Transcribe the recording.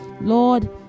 lord